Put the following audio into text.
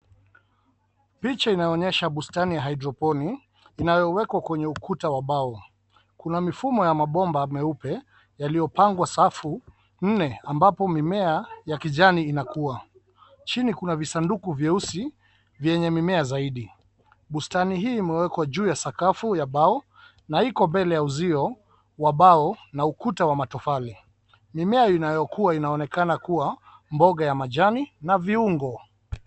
Picha inaonyesha bustani ya hydroponic , inayowekwa kwenye ukuta wa mbao, kuna mifumo ya mabomba meupe, yaliyopangwa safu, nne, ambapo mimea, ya kijani inakua, chini kuna visanduku vieusi, vyenye mimea zaidi, bustani hii imewekwa juu ya sakafu ya mbao, na iko mbele ya uzio, wa mbao, na ukuta wa matofali, mimea inayokuwa inaonekana kuwa, mboga ya majani na viungo.